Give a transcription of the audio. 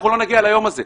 אנחנו לא נגיע ליום הזה.